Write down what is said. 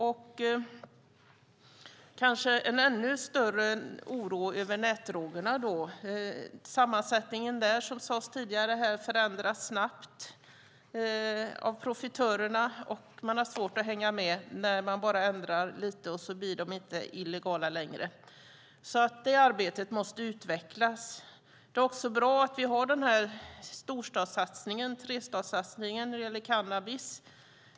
Och det finns kanske anledning att känna en ännu större oro över nätdrogerna. Som sades tidigare förändras sammansättningen snabbt av profitörerna. Man har svårt att hänga med när de bara ändras lite och inte blir illegala längre. Det arbetet måste utvecklas. Det är också bra att vi har storstadssatsningen, trestadssatsningen, när det gäller cannabis.